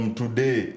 today